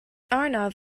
arnav